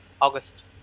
August